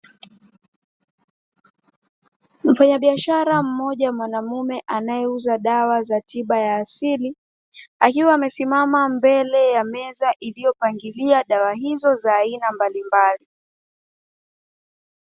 Mfanyabiashara mmoja mwanamume anayeuza dawa za tiba ya asili, akiwa amesimama mbele ya meza iliyopangilia dawa hizo za aina mbalimbali.